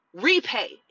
repay